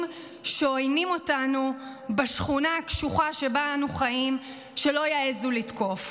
שעוינים אותנו בשכונה הקשוחה שבה אנו חיים שלא יעזו לתקוף.